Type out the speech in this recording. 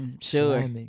Sure